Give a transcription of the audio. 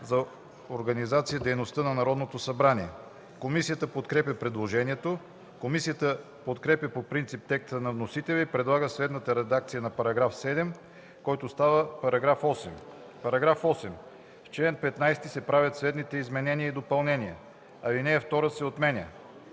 за организацията и дейността на Народното събрание. Комисията подкрепя предложението. Комисията подкрепя по принцип текста на вносителя и предлага следната редакция на § 7, който става § 8: „§ 8. В чл. 15 се правят следните изменения и допълнения: 1. Алинея 2 се отменя.